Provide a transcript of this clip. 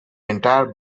entire